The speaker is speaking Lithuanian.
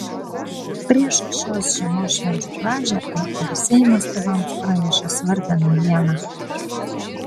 prieš šios žiemos švenčių pradžią lr seimas tėvams pranešė svarbią naujieną